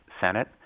Senate